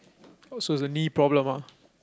oh so is a knee problem ah